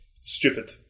stupid